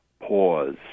Pause